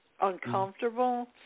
uncomfortable